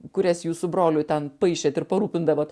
kurias jūs su broliu ten paišėt ir parūpindavot